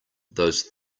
those